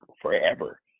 forever